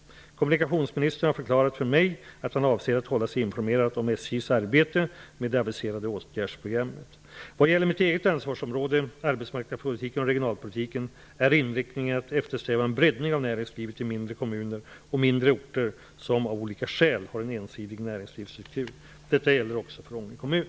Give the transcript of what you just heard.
Kommunikationsministern har förklarat för mig att han avser att hålla sig informerad om SJ:s arbete med det aviserade åtgärdsprogrammet. Vad gäller mitt eget ansvarsområde, arbetsmarknadspolitiken och regionalpolitiken, är inriktningen att eftersträva en breddning av näringslivet i mindre kommuner och mindre orter som av olika skäl har en ensidig näringslivsstruktur. Detta gäller också för Ånge kommun.